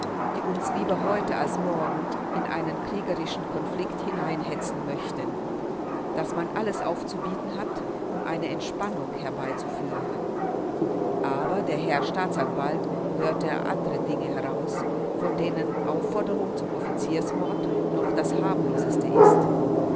die uns lieber heute als morgen in einen kriegerischen konflikt hineinhetzen möchten daß man alles aufzubieten hat um eine entspannung herbeizuführen aber der herr staatsanwalt hörte andere dinge heraus von denen aufforderung zum offiziersmord noch das harmloseste ist